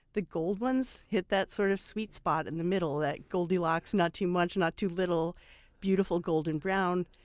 the gold ones hit that sort of sweet spot in the middle, that goldilocks not too much, not too little beautiful golden brown.